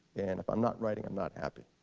and if i'm not writing, i'm not happy.